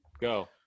Go